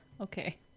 Okay